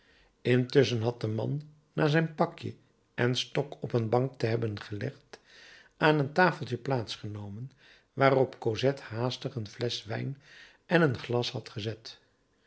intusschen had de man na zijn pakje en stok op een bank te hebben gelegd aan een tafeltje plaats genomen waarop cosette haastig een flesch wijn en een glas had gezet